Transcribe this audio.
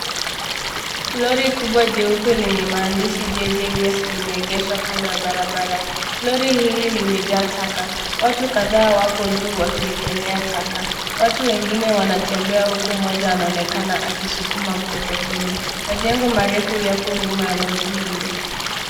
Lori kubwa jeupe lenye maandishi JJ waste limeegeshwa kando ya barabara. Lori hili limejaa taka. Watu kadhaa wapo juu wakiekelea taka. Watu wengine wanatembea huku mmoja anaonekana akisukuma mkokoteni. Majengo marefu yako nyuma ya lori hili.